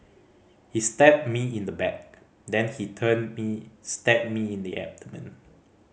he stabbed me in the back then he turned me stabbed me in the abdomen